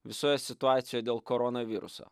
visoje situacijoje dėl koronaviruso